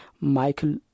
Michael